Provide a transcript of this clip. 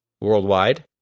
Worldwide